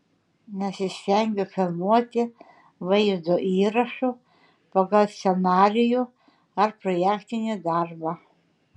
nesistengiu filmuoti vaizdo įrašų pagal scenarijų ar projektinį darbą